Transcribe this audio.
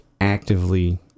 actively